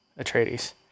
Atreides